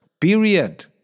period